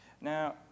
Now